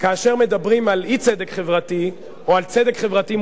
כאשר מדברים על אי-צדק חברתי או על צדק חברתי,